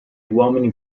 uomini